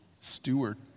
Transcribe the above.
steward